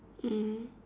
mm